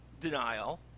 denial